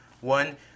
One